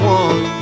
one